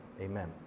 amen